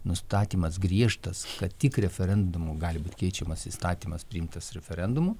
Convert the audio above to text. nustatymas griežtas kad tik referendumu gali būt keičiamas įstatymas priimtas referendumu